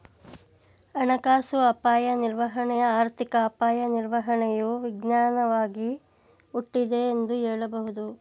ಹಣಕಾಸು ಅಪಾಯ ನಿರ್ವಹಣೆ ಆರ್ಥಿಕ ಅಪಾಯ ನಿರ್ವಹಣೆಯು ವಿಜ್ಞಾನವಾಗಿ ಹುಟ್ಟಿದೆ ಎಂದು ಹೇಳಬಹುದು